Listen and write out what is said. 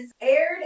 aired